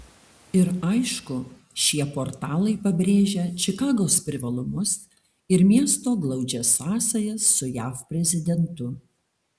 ir aišku šie portalai pabrėžia čikagos privalumus ir miesto glaudžias sąsajas su jav prezidentu